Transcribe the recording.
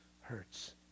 hurts